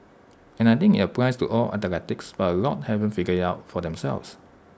and I think IT applies to all athletes but A lot haven't figured IT out for themselves